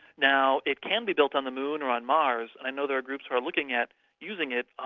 now it can be built on the moon or on mars, i know there are groups who are looking at using it,